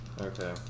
Okay